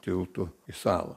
tiltu į salą